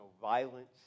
violence